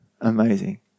Amazing